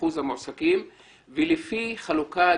אחוז המועסקים ולפי חילוקה גיאוגרפית.